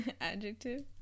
adjective